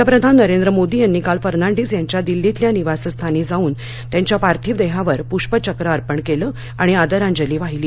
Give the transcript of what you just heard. पंतप्रधान नरेंद्र मोदी यांनी काल फर्नांडीस यांच्या दिल्लीतील निवासस्थानी जाऊन त्यांच्या पार्थिव देहावर पृष्पचक्र अर्पण केलं आणि आदरांजली वाहिली